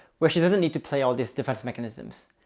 where she doesn't need to play all these defense mechanisms,